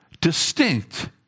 distinct